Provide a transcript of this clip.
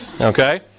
okay